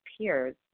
peers